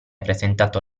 presentato